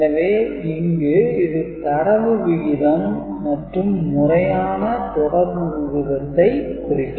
எனவே இங்கு இது தரவு விகிதம் மற்றும் முறையான தொடர்பு விகிதத்தை குறைக்கும்